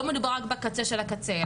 לא מדובר רק בקצה של הקצה,